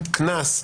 קנס.